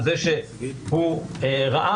אפשר להרחיב, רש"י --- הבנתי את הנאום.